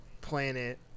planet